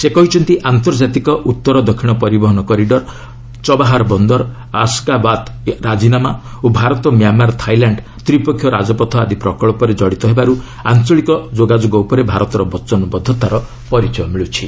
ସେ କହିଛନ୍ତି ଆନ୍ତର୍ଜାତିକ ଉତ୍ତର ଦକ୍ଷିଣ ପରିବହନ କରିଡର୍ ଚବାହାର ବନ୍ଦର ଆଶ୍ଗାବାତ ରାଜିନାମା ଓ ଭାରତ ମ୍ୟାମାର ଥାଇଲ୍ୟାଣ୍ଡ ତ୍ରିପକ୍ଷୀୟ ରାଜପଥ ଆଦି ପ୍ରକଳ୍ପରେ କଡ଼ିତ ହେବାରୁ ଆଞ୍ଚଳିକ ଯୋଗାଯୋଗ ଉପରେ ଭାରତର ବଚନବଦ୍ଧତାର ପରିଚୟ ମିଳୁଛି